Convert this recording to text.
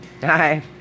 Hi